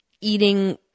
eating